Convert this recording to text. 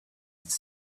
its